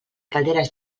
calderes